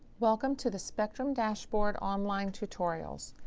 welcome to the spectrum dashboard online tutorials.